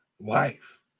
life